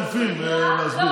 אבל מרצ אלופים בלהסביר.